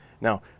Now